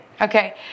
Okay